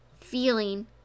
feeling